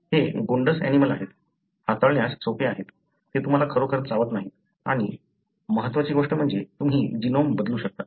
हे गोंडस ऍनिमलं आहेत हाताळण्यास सोपे आहेत ते तुम्हाला खरोखर चावत नाहीत आणि आणि महत्वाची गोष्ट म्हणजे तुम्ही जीनोम बदलू शकता